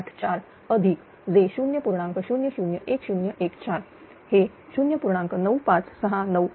001014 हे 0